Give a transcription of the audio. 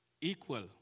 equal